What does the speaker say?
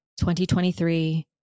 2023